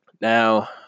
Now